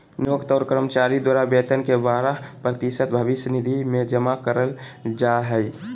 नियोक्त और कर्मचारी द्वारा वेतन के बारह प्रतिशत भविष्य निधि में जमा कइल जा हइ